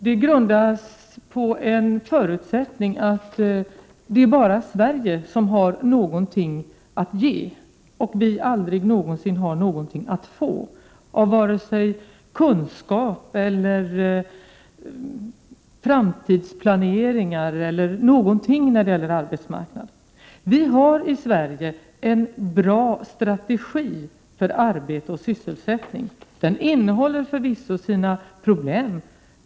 Detta grundas på förutsättningen att det bara är Sverige som har någonting att ge, medan Sverige aldrig någonsin har någonting att få vare sig av kunskaper eller av framtidsplanering etc. när det gäller arbetsmarknaden. Vi i Sverige har en god strategi för arbete och sysselsättning. Den har förvisso sina problem.